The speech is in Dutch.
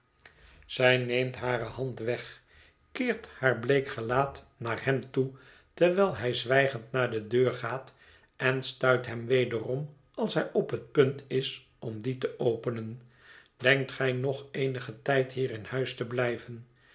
zij neemt hare hand weg keert haar bleek gelaat naar hem toe terwijl hij zwijgend naar de deur gaat en stuit hem wederom als hij op het punt is om die te openen denkt gij nog eenigen tijd hier in huis te blijven